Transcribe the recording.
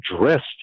dressed